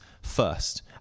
first